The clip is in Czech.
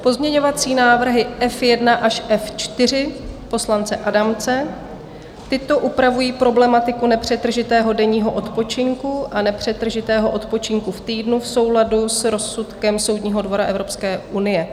Pozměňovací návrhy F1 až F4 poslance Adamce tyto upravují problematiku nepřetržitého denního odpočinku a nepřetržitého odpočinku v týdnu v souladu s rozsudkem Soudního dvora Evropské unie.